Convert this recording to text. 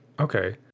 Okay